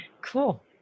Cool